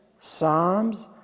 Psalms